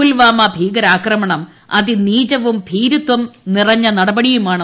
പുൽവാമ ഭീകരാക്രമണം അതിനീച്വും ഭീരുത്വവും നിറഞ്ഞ നടപടിയാണ്